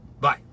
Bye